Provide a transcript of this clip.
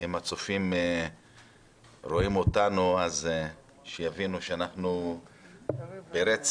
אם הצופים רואים אותנו, שיבינו שאנחנו ברצף